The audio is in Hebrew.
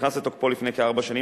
שנכנס לתוקפו לפני כארבע שנים,